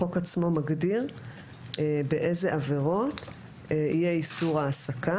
החוק עצמו מגדיר באילו עבירות יהיה איסור העסקה,